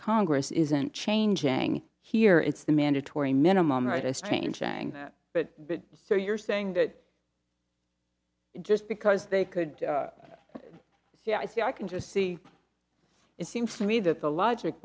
congress isn't changing here it's the mandatory minimum right a strange thing but so you're saying that just because they could see i see i can just see it seems to me that the logic